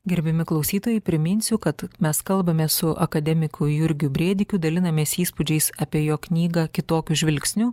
gerbiami klausytojai priminsiu kad mes kalbame su akademiku jurgiu brėdikiu dalinamės įspūdžiais apie jo knygą kitokiu žvilgsniu